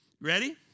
Ready